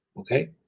Okay